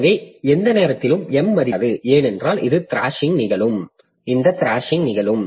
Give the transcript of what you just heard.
எனவே எந்த நேரத்திலும் M மதிப்பைக் கடக்க முடியாது ஏனென்றால் இந்த த்ராஷிங் நிகழும்